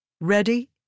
Ready